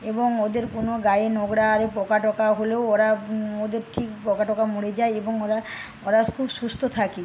এবং ওদের কোনো গায়ে নোংরা আরও পোকা টোকা হলেও ওরা ওদের ঠিক পোকা টোকা মরে যায় এবং ওরা ওরা খুব সুস্থ থাকে